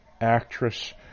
actress